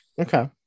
Okay